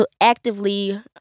actively